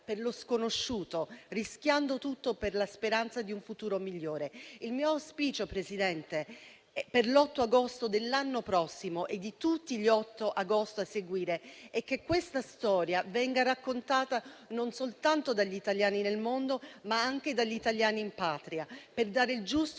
per lo sconosciuto, rischiando tutto per la speranza di un futuro migliore. Il mio auspicio, Presidente, per l'8 agosto dell'anno prossimo e per tutti gli 8 agosto a seguire, è che questa storia venga raccontata non soltanto dagli italiani nel mondo, ma anche dagli italiani in Patria, per dare il giusto